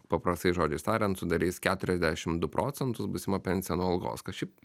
paprastais žodžiais tariant sudarys keturiasdešim du procentus būsima pensija nuo algos kas šiaip